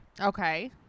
Okay